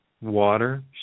water